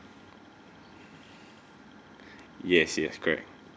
yes yes correct